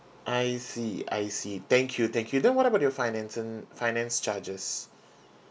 I see I see thank you thank you then what about your financing finance charges